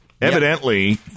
evidently